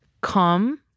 come